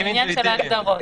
זה עניין של ההגדרות.